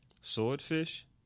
Swordfish